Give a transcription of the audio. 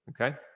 okay